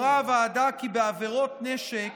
כי בעבירות נשק